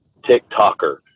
TikToker